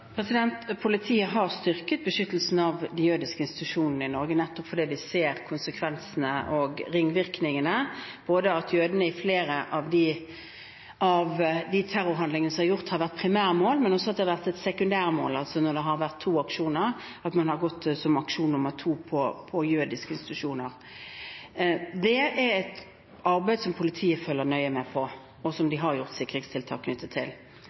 Politiet har styrket beskyttelsen av de jødiske institusjonene i Norge, nettopp fordi vi ser konsekvensene og ringvirkningene av både det at jødene i flere av de terrorhandlingene som har vært gjort, har vært primærmål, og også at de har vært sekundærmål, altså at man – når det har vært to aksjoner – har gått til aksjon nr. 2 mot jødiske institusjoner. Det er et arbeid som politiet følger nøye med på, og der de har gjort sikringstiltak. Det andre vi er nødt til